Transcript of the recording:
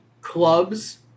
Clubs